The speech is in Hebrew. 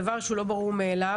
זה דבר שהוא לא ברור מאליו.